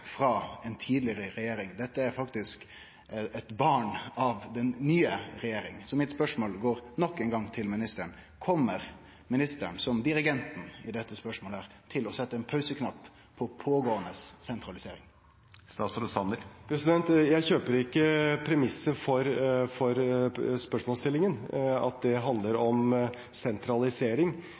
frå ei tidlegare regjering, dette er faktisk eit barn av den nye regjeringa. Mitt spørsmål går nok ein gong til ministeren: Kjem ministeren, som dirigenten i dette spørsmålet, til å setje pauseknappen på pågåande sentralisering? Jeg kjøper ikke premisset for spørsmålsstillingen, at det handler om sentralisering.